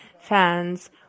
fans